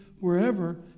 wherever